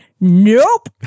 nope